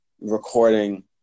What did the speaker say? recording